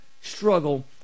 struggle